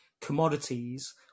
commodities